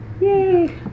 Yay